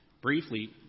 briefly